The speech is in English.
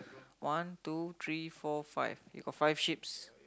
one two three four five you got five sheep's